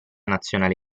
nazionale